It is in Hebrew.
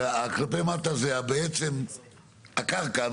וכלפי מטה זה בעצם הקרקע,